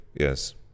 yes